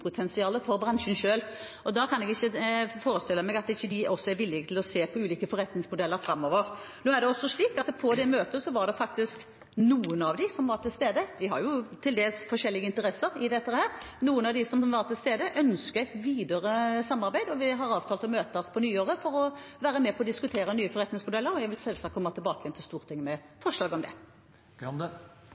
til å se på ulike forretningsmodeller framover. Nå er det også slik at på dette møtet var det faktisk noen av dem som var til stede – de har jo til dels forskjellige interesser i dette – som ønsket et videre samarbeid, og vi har avtalt å møtes på nyåret for å være med på å diskutere nye forretningsmodeller, og jeg vil selvsagt komme tilbake til Stortinget med forslag om